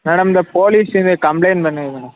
madam இந்த police ஸ்டேஷனில் complaint பண்ணிணது மேடம்